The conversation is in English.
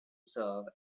serve